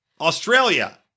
Australia